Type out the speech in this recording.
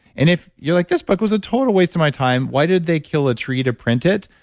and if you're like, this book was a total waste of my time. why did they kill a tree to print it?